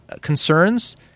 concerns